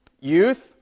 Youth